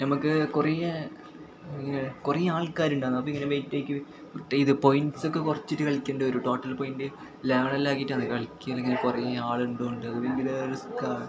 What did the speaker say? ഞമക്ക് കുറയേ ഇങ്ങനെ കുറേ ആൾക്കാരുണ്ടാകും അപ്പം ഇങ്ങനെ വെയ്റ്റാക്കി ഇത് പോയിൻസ്സൊക്കെ കുറച്ചിട്ട് കളിക്കേണ്ടി വരും ടോട്ടൽ പോയിൻട് ലാഗെല്ലാം ആക്കിയിട്ടാണ് കളിയ്ക്കൽ ഇങ്ങനെ കുറേ ആളുണ്ട് അല്ലെങ്കിൽ റിസ്ക്കാണ്